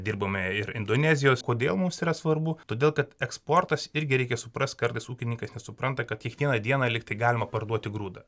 dirbame ir indonezijos kodėl mums yra svarbu todėl kad eksportas irgi reikia suprast kartais ūkininkai nesupranta kad kiekvieną dieną lyg tai galima parduoti grūdą